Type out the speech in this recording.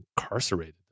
incarcerated